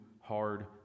hard